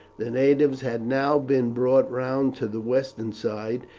the natives had now been brought round to the western side,